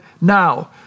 now